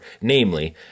namely